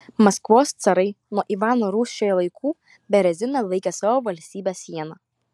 maskvos carai nuo ivano rūsčiojo laikų bereziną laikė savo valstybės siena